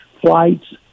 flights